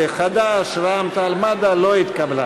חד"ש ורע"ם-תע"ל-מד"ע לא התקבלה.